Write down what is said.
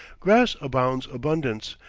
grass abounds abundance,